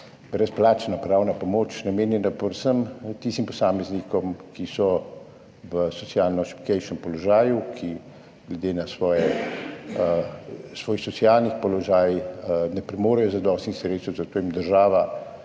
brezplačna pravna pomoč namenjena predvsem tistim posameznikom, ki so v socialno šibkejšem položaju, ki glede na svoj socialni položaj ne premorejo zadostnih sredstev, zato jim država